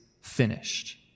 finished